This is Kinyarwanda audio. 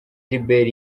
gilbert